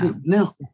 Now